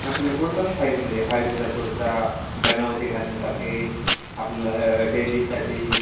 आपल्याला कुडता पण पाहिजे मध्ये हळदीचा कुडता लग्नामध्ये घालण्यासाठी आपल्याला डेलीसाठी